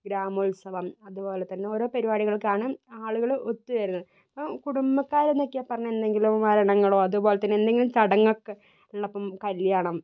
ഗ്രാമോത്സവം അതുപോലെതന്നെ ഓരോ പരിപാടികൾക്കാണ് ആളുകൾ ഒത്തുചേരുന്നത് അപ്പം കുടുംബക്കാരൊക്കെ എന്നു പറഞ്ഞു കഴിഞ്ഞാൽ എന്തെങ്കിലും മരണങ്ങളും അതുപോലെതന്നെ എന്തെങ്കിലും ചടങ്ങൊക്കെ ഉള്ളപ്പം കല്യാണം